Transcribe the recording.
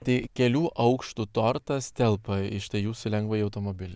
tai kelių aukštų tortas telpa į štai jūsų lengvąjį automobilį